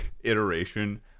iteration